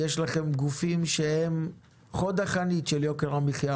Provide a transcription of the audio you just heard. יש לכם גופים שהם חוד חנית של יוקר המחייה,